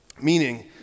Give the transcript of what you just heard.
meaning